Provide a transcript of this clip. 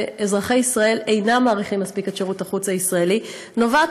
שאזרחי ישראל אינם מעריכים מספיק את שירות החוץ הישראלי נובעת